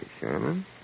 Sherman